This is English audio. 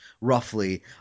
roughly